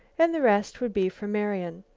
and the rest would be for marian.